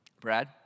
Brad